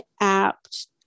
apt